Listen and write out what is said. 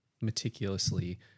meticulously